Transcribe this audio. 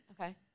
Okay